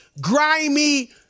grimy